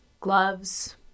gloves